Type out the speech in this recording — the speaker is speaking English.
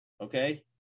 okay